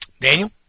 Daniel